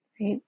right